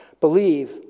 Believe